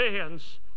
hands